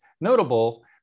Notable